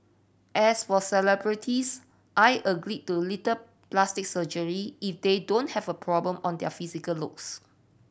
as for celebrities I agree to little plastic surgery if they don't have a problem on their physical looks